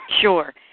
Sure